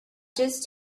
just